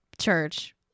church